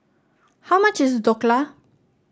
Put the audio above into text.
how much is Dhokla